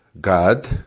God